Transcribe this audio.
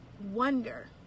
wonder